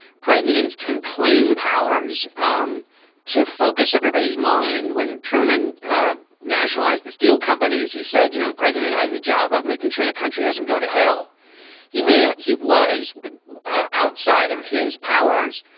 presidents can claim powers um to focus everybody's mind. when truman nationalized the steel companies, he said, you know, the president has the job of making sure the country doesn't go to hell he may. ah he was outside of his powers,